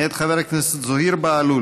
מאת חבר הכנסת זוהיר בהלול.